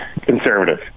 conservative